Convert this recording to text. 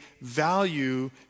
value